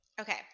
Okay